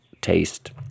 taste